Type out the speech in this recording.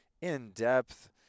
in-depth